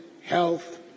health